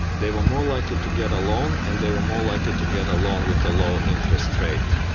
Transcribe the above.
they were more likely to get a loan and they were more likely to get a loan with a lower interest rate.